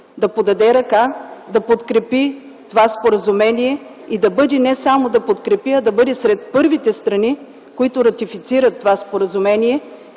да подаде ръка, да подкрепи това споразумение. И не само да подкрепи, а да бъде сред първите страни, които ратифицират това споразумение.